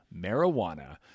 marijuana